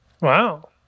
Wow